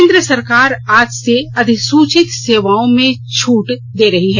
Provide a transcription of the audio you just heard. केन्द्र सरकार आज से अधिसूचित सेवाओं में कुछ छूट दे रही है